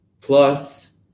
plus